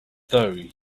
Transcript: though